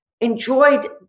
enjoyed